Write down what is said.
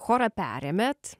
chorą perėmėt